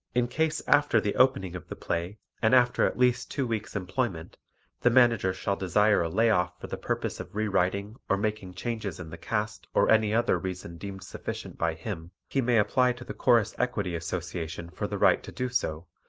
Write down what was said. in case after the opening of the play and after at least two weeks' employment the manager shall desire a lay-off for the purpose of re-writing or making changes in the cast or any other reason deemed sufficient by him, he may apply to the chorus equity association for the right to do so,